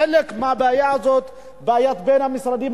חלק מהבעיה הזאת היא בעיה בין המשרדים,